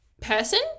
person